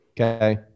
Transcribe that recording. Okay